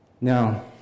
Now